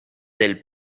del